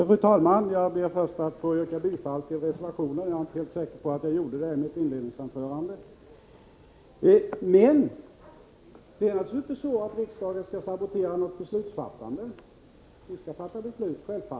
Fru talman! Jag ber först att få yrka bifall till reservationen — jag minns inte om jag gjorde det förut. Det är inte så att riksdagen skall sabotera beslutsfattandet. Vi skall självfallet fatta beslut.